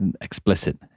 explicit